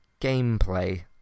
gameplay